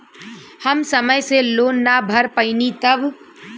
हम समय से लोन ना भर पईनी तब?